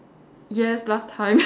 yes last time